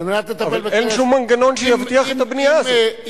אבל אין שום מנגנון שיבטיח את הבנייה הזאת.